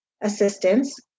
assistance